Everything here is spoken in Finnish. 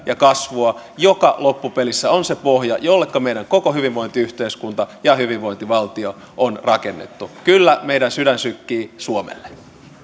ja kasvua joka loppupelissä on se pohja jolleka meidän koko hyvinvointiyhteiskuntamme ja hyvinvointivaltiomme on rakennettu kyllä meidän sydämemme sykkii suomelle